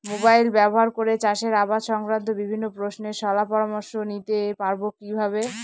Mobile ব্যাবহার করে চাষের আবাদ সংক্রান্ত বিভিন্ন প্রশ্নের শলা পরামর্শ নিতে পারবো কিভাবে?